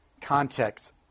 context